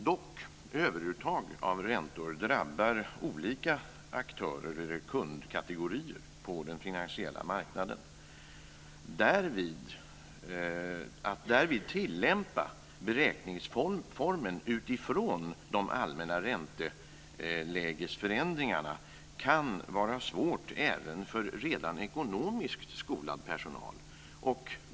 Dock drabbar överuttag av räntor olika aktörer eller kundkategorier på den finansiella marknaden. Att därvid tillämpa beräkningsformeln utifrån de allmänna räntelägesförändringarna kan vara svårt redan för ekonomiskt skolad personal.